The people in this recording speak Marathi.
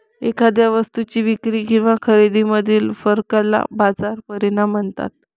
एखाद्या वस्तूच्या विक्री किंवा खरेदीमधील फरकाला बाजार परिणाम म्हणतात